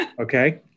Okay